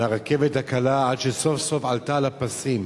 מהרכבת הקלה עד שסוף-סוף עלתה על הפסים.